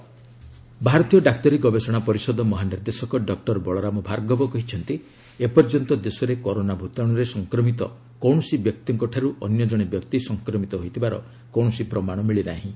DG ICMR ଭାରତୀୟ ଡାକ୍ତରୀ ଗବେଷଣା ପରିଷଦ ମହାନିର୍ଦ୍ଦେଶକ ଡକ୍କର ବଳରାମ ଭାର୍ଗବ କହିଛନ୍ତି ଏ ପର୍ଯ୍ୟନ୍ତ ଦେଶରେ କରୋନା ଭୂତାଣୁରେ ସଂକ୍ରମିତ କୌଣସି ବ୍ୟକ୍ତିଙ୍କଠାରୁ ଅନ୍ୟ ଜଣେ ବ୍ୟକ୍ତି ସଂକ୍ରମିତ ହୋଇଥିବାର କୌଣସି ପ୍ରମାଣ ମିଳିନାହିଁ